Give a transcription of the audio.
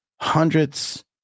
hundreds